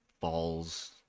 falls